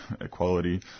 equality